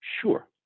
sure